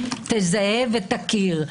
תזהה ותכיר.